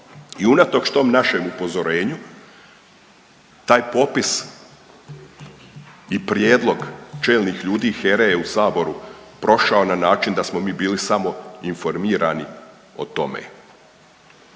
i unatoč tom našem upozorenju taj popis i prijedlog čelnih ljudi HERE je u saboru prošao na način da smo mi bili samo informirani o tome.